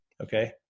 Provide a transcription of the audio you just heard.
Okay